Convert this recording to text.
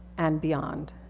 and beyond.